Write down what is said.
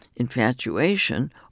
Infatuation